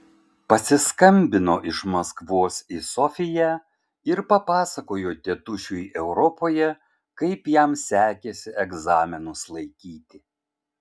pasiskambino iš maskvos į sofiją ir papasakojo tėtušiui europoje kaip jam sekėsi egzaminus laikyti